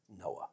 Noah